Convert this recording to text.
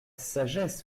sagesse